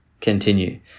continue